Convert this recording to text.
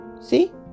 See